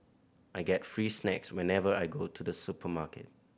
I get free snacks whenever I go to the supermarket